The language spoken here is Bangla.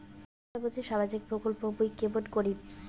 প্রধান মন্ত্রীর সামাজিক প্রকল্প মুই কেমন করিম?